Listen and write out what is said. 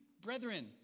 brethren